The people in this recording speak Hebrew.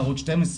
לערוץ 12,